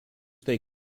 they